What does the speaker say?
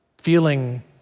feeling